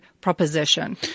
proposition